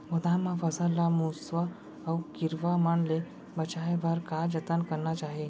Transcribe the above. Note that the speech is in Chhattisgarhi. गोदाम मा फसल ला मुसवा अऊ कीरवा मन ले बचाये बर का जतन करना चाही?